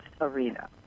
arena